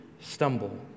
stumble